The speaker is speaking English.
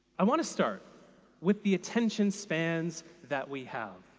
i want to start with the attention spans that we have.